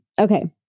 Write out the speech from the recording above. Okay